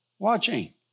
Watching